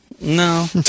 No